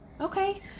Okay